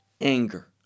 anger